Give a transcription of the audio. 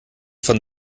von